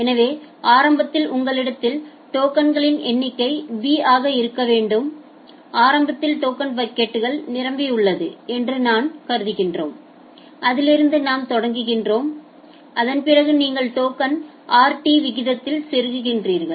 எனவே ஆரம்பத்தில் உங்களிடத்தில் டோக்கனின் எண்ணிக்கை b ஆக இருக்க வேண்டும் ஆரம்பத்தில் டோக்கன் பக்கெட் நிரம்பியுள்ளது என்று நாங்கள் கருதுகிறோம்அதிலிருந்து நாம் தொடங்குகிறோம் அதன் பிறகு நீங்கள் டோக்கனை rt விகிதத்தில் செருகுகிறீர்கள்